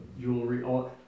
jewelry